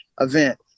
event